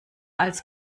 als